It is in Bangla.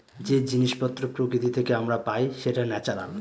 যে জিনিস পত্র প্রকৃতি থেকে আমরা পাই সেটা ন্যাচারাল